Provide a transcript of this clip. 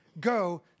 go